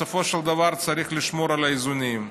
בסופו של דבר צריך לשמור על האיזונים.